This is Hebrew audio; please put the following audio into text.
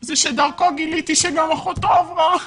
זה שדרכו גיליתי שגם אחותו עברה